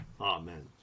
Amen